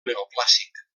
neoclàssic